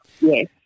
Yes